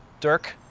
dirk,